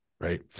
right